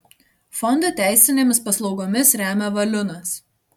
fondą teisinėmis paslaugomis remia valiunas